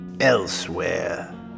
Elsewhere